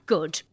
Good